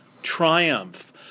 triumph